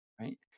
right